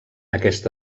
aquesta